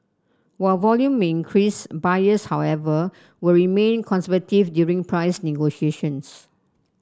while volume may increase buyers however will remain conservative during price negotiations